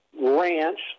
ranch